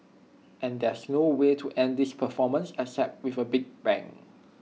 and there's no way to end this performance except with A big bang